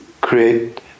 create